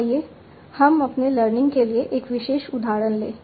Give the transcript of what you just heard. आइए हम अपने लर्निंग के लिए एक विशेष उदाहरण लें